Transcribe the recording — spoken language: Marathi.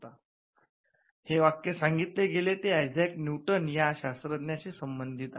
' हे वाक्य सांगितले गेले ते आयझॅक न्यूटन या शास्त्रज्ञाशी संबंधित आहे